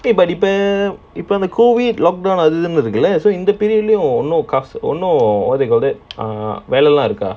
இப்ப:ippa COVID lockdown அப்படி எல்லாம் இருக்கு:appdi ellam irukku lah அப்பா இப்ப ஒன்னும்:appa ippa onnum what you call that வெள எல்லாம் இருக்குதா:weala ellam irukkuthaa